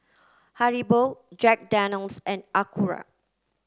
Haribo Jack Daniel's and